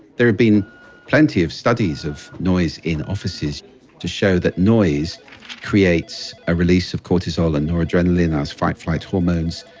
there have been plenty of studies of noise in offices to show that noise creates a release of cortisol and noradrenaline our fight or flight hormones,